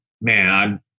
man